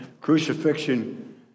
crucifixion